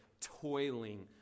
toiling